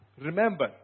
Remember